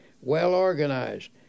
well-organized